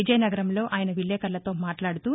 విజయనగరంలో ఆయన విలేకరులతో మాట్లాడుతూ